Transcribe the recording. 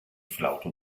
flauto